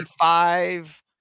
five